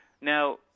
Now